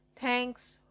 thanks